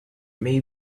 may